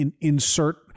insert